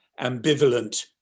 ambivalent